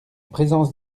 présence